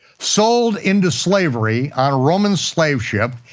sold into slavery on a roman slave ship,